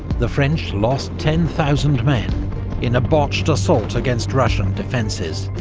the french lost ten thousand men in a botched assault against russian defences.